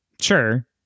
sure